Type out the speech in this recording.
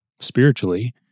spiritually